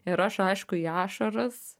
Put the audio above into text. ir aš aišku į ašaras